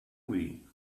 movie